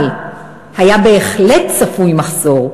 אבל בהחלט היה צפוי מחסור,